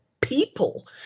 people